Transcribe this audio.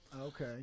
Okay